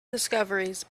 discoveries